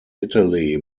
italy